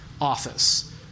office